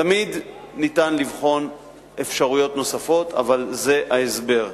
תמיד אפשר לבחון אפשרויות נוספות, אבל זה ההסבר.